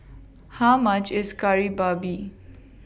How much IS Kari Babi